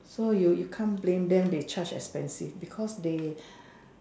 so you you can't blame them they charge expensive because they